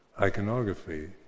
iconography